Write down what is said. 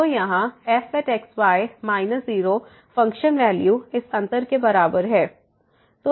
तो यहाँ fx y minus 0 function value इस अंतर के बराबर है